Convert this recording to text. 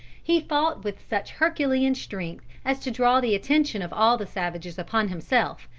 he fought with such herculean strength as to draw the attention of all the savages upon himself,